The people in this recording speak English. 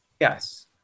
Yes